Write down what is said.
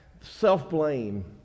self-blame